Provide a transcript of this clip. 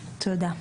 תודה.